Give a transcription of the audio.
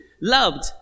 loved